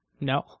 No